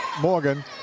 Morgan